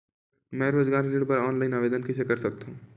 मैं रोजगार ऋण बर ऑनलाइन आवेदन कइसे कर सकथव?